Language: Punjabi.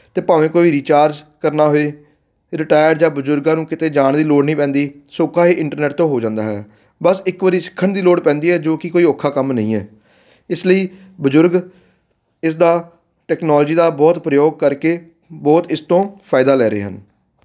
ਅਤੇ ਭਾਵੇਂ ਕੋਈ ਰਿਚਾਰਜ ਕਰਨਾ ਹੋਏ ਰਿਟਾਇਰਡ ਜਾਂ ਬਜ਼ੁਰਗਾਂ ਨੂੰ ਕਿਤੇ ਜਾਣ ਦੀ ਲੋੜ ਨਹੀਂ ਪੈਂਦੀ ਸੋਖਾ ਹੀ ਇੰਟਰਨੈਟ ਤੋਂ ਹੋ ਜਾਂਦਾ ਹੈ ਬਸ ਇੱਕ ਵਾਰੀ ਸਿੱਖਣ ਦੀ ਲੋੜ ਪੈਂਦੀ ਹੈ ਜੋ ਕੀ ਕੋਈ ਔਖਾ ਕੰਮ ਨਹੀਂ ਹੈ ਇਸ ਲਈ ਬਜ਼ੁਰਗ ਇਸਦਾ ਟੈਕਨੋਲਜੀ ਦਾ ਬਹੁਤ ਪ੍ਰਯੋਗ ਕਰਕੇ ਬਹੁਤ ਇਸ ਤੋਂ ਫਾਇਦਾ ਲੈ ਰਹੇ ਹਨ